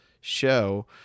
show